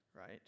right